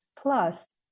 Plus